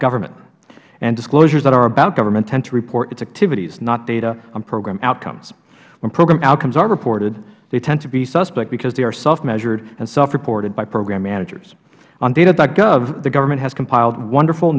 government and disclosures that are about government tend to report its activities not data on program outcomes when program outcomes are reported they tend to be suspect because they are self measured and self reported by program managers on data gov the government has compiled wonderful